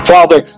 Father